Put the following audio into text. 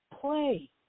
play